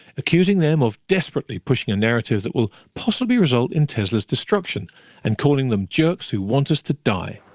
accusing them of desperately pushing a narrative that will possibly result in tesla's destruction and calling them jerks who want us to die.